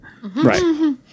Right